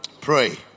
Pray